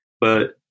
But-